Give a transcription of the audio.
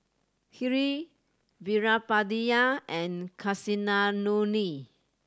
Hri Veerapandiya and Kasinadhuni